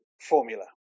formula